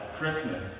Christmas